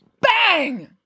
bang